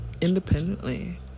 Independently